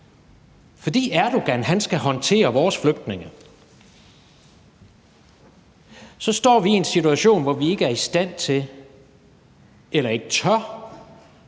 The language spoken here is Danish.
Fordi Erdogan skal håndtere vores flygtninge, står vi i en situation, hvor vi ikke er i stand til eller ikke tør